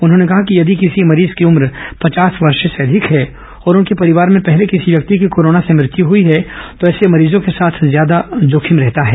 उन्होंने कहा कि यदि किसी मरीज की उम्र पचास वर्ष से अधिक है और उनके परिवार में पहले किसी व्यक्ति की कोरोना से मृत्यु हुई है तो ऐसे मरीजों के साथ ज्यादा जोखिम रहता है